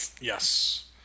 Yes